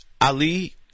Ali